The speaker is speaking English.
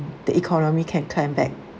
the economy can climb back